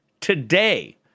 today